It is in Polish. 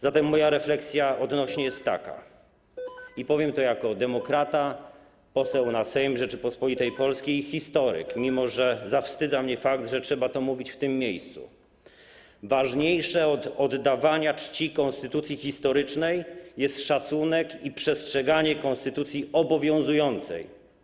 Zatem moja refleksja odnośnie do tego jest taka, i powiem to jako demokrata, poseł na Sejm Rzeczypospolitej Polskiej i historyk, mimo że zawstydza mnie fakt, że trzeba to mówić w tym miejscu: ważniejsze od oddawania czci konstytucji historycznej są szacunek i przestrzeganie konstytucji obowiązującej.